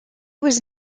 was